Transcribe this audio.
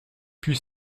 puis